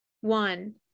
One